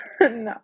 no